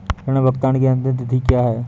ऋण भुगतान की अंतिम तिथि क्या है?